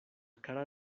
cara